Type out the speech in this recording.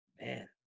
Man